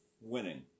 winning